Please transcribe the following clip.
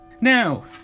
Now